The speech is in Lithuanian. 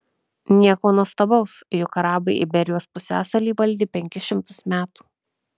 nieko nuostabaus juk arabai iberijos pusiasalį valdė penkis šimtus metų